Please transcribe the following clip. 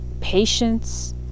patience